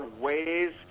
ways